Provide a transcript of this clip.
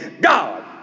God